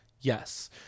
Yes